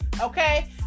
okay